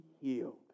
healed